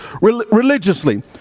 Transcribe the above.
Religiously